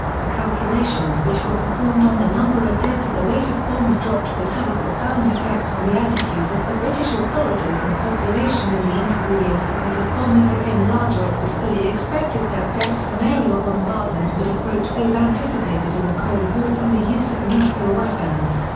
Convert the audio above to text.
the calculations which were performed on the number of dead to the weight of bombs dropped would have a profound effect on the attitudes of the british authorities and population in the interwar years because as bombers became larger it was fully expected that deaths from aerial bombardment would approach those anticipated in the cold war from the use of nuclear weapons.